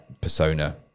persona